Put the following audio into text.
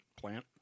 plant